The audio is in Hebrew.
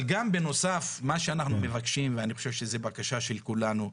אבל גם בנוסף מה שאנחנו מבקשים ואני חושב שזו בקשה של כולנו,